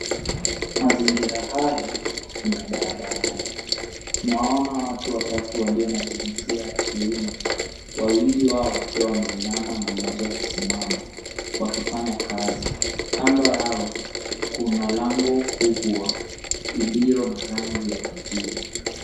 Mazingira haya ni ya barabarani, tunaona watu watatu walio na jinsia ya kiume wawili wao wakiwa wameinama na mmoja kusimama wakifanya kazi kando yao kuna lango kubwa iliyo na rangi ya kijivu.